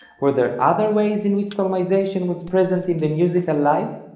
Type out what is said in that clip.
were there other ways in which solmization was present in the musical life?